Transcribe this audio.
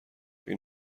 این